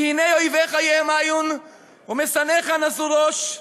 כי הנה אויביך יהמיון ומשנאיך נשאו ראש,